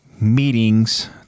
meetings